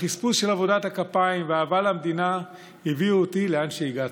החספוס של עבודת הכפיים והאהבה למדינה הביאו אותי לאן שהגעתי.